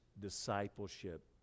discipleship